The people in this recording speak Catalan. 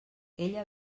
ella